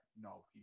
No